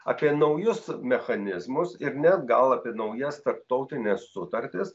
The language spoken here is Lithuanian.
apie naujus mechanizmus ir net gal apie naujas tarptautines sutartis